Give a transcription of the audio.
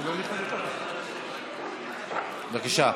בבקשה.